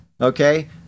okay